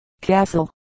Castle